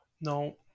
No